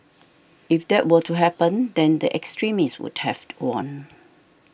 if that were to happen then the extremists would have won